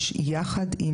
יחד עם